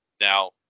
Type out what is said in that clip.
Now